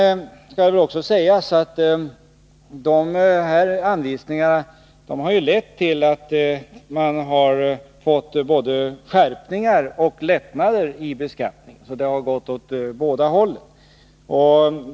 Det skall väl också sägas att dessa anvisningar har lett till både skärpningar och lättnader i beskattningen — det har alltså gått åt båda hållen.